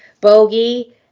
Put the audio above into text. bogey